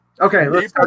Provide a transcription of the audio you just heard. okay